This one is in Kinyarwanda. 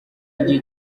igihe